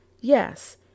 Yes